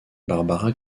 barbara